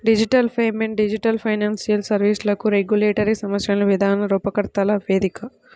digital payment digital financial సర్వీస్లకు regulatory సమస్యలను విధాన రూపకర్తల వేదిక